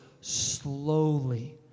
slowly